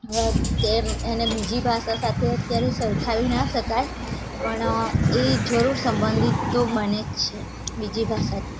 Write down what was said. તે એને બીજી ભાષા સાથે તેને સરખાવી ના શકાય પણ એ જરૂર સંબંધિત તો બને જ છે બીજી ભાષાથી